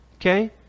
okay